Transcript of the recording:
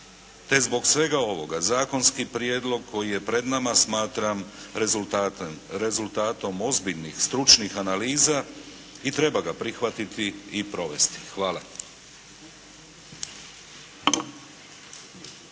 Te zbog svega ovoga, zakonski prijedlog koji je pred nama smatram rezultatom ozbiljnih stručnih analiza i treba ga prihvatiti i provesti. Hvala.